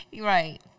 Right